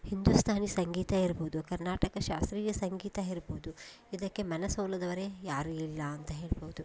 ಹಿಂದುಸ್ತಾನಿ ಸಂಗೀತ ಇರ್ಬೋದು ಕರ್ನಾಟಕ ಶಾಸ್ತ್ರೀಯ ಸಂಗೀತ ಇರ್ಬೋದು ಇದಕ್ಕೆ ಮನಸೋಲದವರೇ ಯಾರೂ ಇಲ್ಲ ಅಂತ ಹೇಳ್ಬೋದು